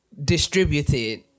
distributed